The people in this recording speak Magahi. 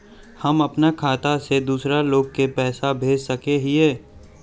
हम अपना खाता से दूसरा लोग के पैसा भेज सके हिये?